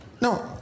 No